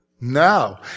No